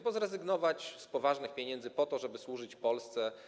Bo zrezygnować z poważnych pieniędzy po to, żeby służyć Polsce.